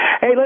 Hey